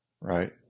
right